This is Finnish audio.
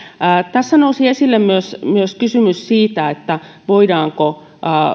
tässä nousi esille myös myös kysymys siitä voidaanko